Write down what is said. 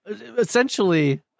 essentially